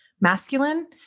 masculine